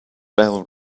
bell